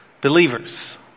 believers